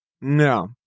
No